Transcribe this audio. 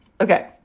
Okay